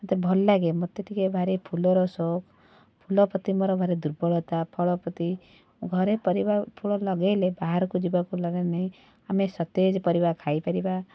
ମୋତେ ଭଲଲାଗେ ମୋତେ ଟିକିଏ ଭାରି ଫୁଲର ସଉକ ଫୁଲ ପ୍ରତି ମୋର ଭାରି ଦୁର୍ବଳତା ଫଳ ପ୍ରତି ଘରେ ପରିବା ଫଳ ଲଗେଇଲେ ବାହାରକୁ ଯିବାକୁ ଦରକାର ନାହିଁ ଆମେ ସତେଜପରିବା ଖାଇପାରିବା